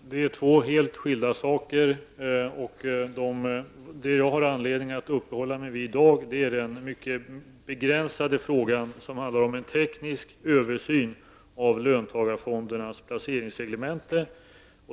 Herr talman! Det rör sig om två helt skilda saker. Vad jag har anledning att uppehålla mig vid i dag är den begränsade frågan om en teknisk översyn av löntagarfondernas placeringsreglemente.